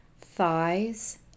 Thighs